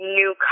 new